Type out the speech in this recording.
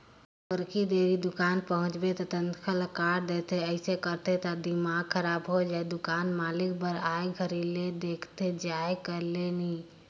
थोकिन देरी दुकान पहुंचबे त तनखा ल काट देथे अइसन करथे न त दिमाक खराब होय दुकान मालिक बर आए कर घरी ले देखथे जाये कर ल नइ